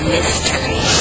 Mystery